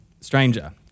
Stranger